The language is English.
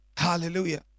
Hallelujah